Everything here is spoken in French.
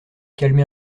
calmer